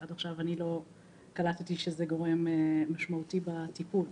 עד עכשיו לא קלטתי שזה גורם משמעותי בטיפול.